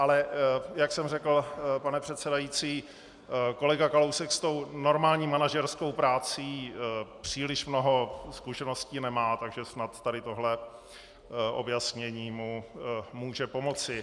Ale jak jsem řekl, pane předsedající, kolega Kalousek s tou normální manažerskou prací příliš mnoho zkušeností nemá, takže snad tady tohle objasnění mu může pomoci.